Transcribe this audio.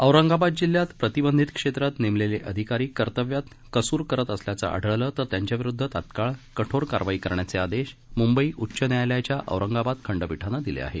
औरंगाबाद जिल्ह्यात प्रतिबंधित क्षेत्रात नेमलेले अधिकारी कर्तव्यात कसुर करत असल्याचं आढळल्यास त्यांच्याविरूद्ध तत्काळ कठोर कारवाई करण्याचे आदेश मुंबई उच्च न्यायालयाच्या औरंगाबाद खंडपीठाने दिले आहेत